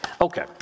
Okay